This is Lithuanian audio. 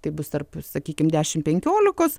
taip bus tarp sakykim dešimt penkiolikos